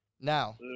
Now